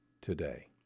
today